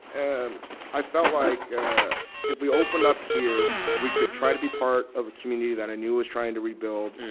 and i felt like if we opened up here, we could try to be part of a community that i knew was trying to rebuild.